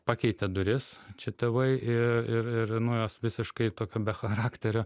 pakeitė duris čia tėvai ir ir ir nu jos visiškai tokio be charakterio